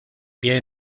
pie